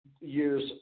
year's